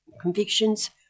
convictions